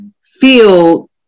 feel